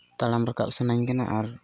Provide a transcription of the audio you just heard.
ᱛᱟᱲᱟᱢ ᱨᱟᱠᱟᱵ ᱥᱟᱱᱟᱧ ᱠᱟᱱᱟ ᱟᱨ